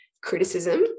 criticism